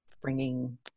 bringing